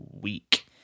week